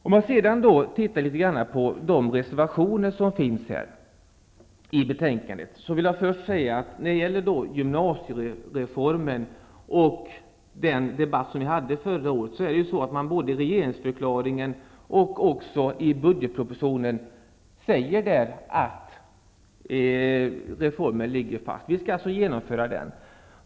Om jag sedan tittar litet grand på de reservationer som finns i betänkandet, vill jag först framhålla att regeringen har sagt både i regeringsförklaringen och i budgetpropositionen att gymnasiereformen ligger fast. Vi skall alltså genomföra den.